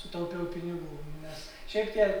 sutaupiau pinigų nes šiaip tie